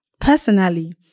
Personally